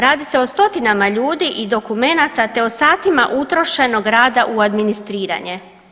Radi se o stotinama ljudi i dokumenata te o satima utrošenog rada u administriranje.